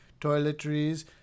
toiletries